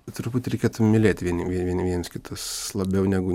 turbūt reikėtų mylėti vieni vieni vieniems kitus labiau negu